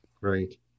Right